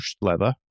leather